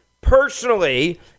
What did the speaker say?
personally